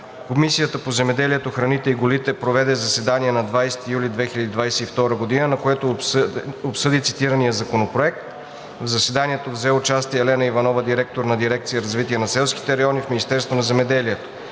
Комисията по земеделието, храните и горите проведе заседание на 20 юли 2022 г., на което обсъди цитирания законопроект. В заседанието взе участие Елена Иванова – директор на дирекция „Развитие на селските райони“ в Министерството на земеделието.